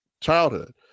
childhood